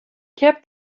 kept